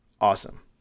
awesome